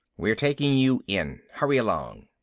we're taking you in. hurry along.